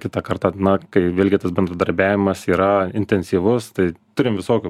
kitą kartą na kai vėlgi tas bendradarbiavimas yra intensyvus tai turim visokių